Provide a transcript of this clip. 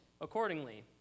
accordingly